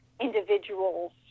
individuals